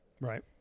Right